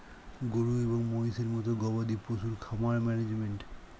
গরু এবং মহিষের মতো গবাদি পশুর খামার ম্যানেজমেন্ট